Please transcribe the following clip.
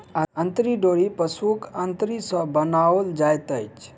अंतरी डोरी पशुक अंतरी सॅ बनाओल जाइत अछि